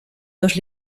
dos